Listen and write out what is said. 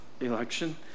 election